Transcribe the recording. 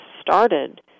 started